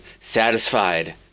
satisfied